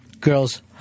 girls